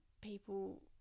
people